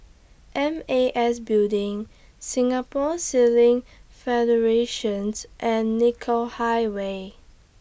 M A S Building Singapore Sailing Federation and Nicoll Highway